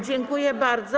Dziękuję bardzo.